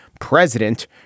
president